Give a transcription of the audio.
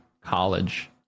college